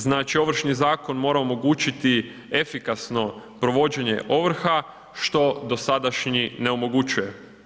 Znači Ovršni zakon mora omogućiti efikasno provođenje ovrha što dosadašnji ne omogućuje.